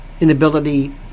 inability